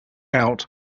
out